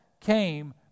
came